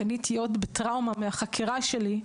כי אני הייתי עוד בטראומה מהחקירה שלי.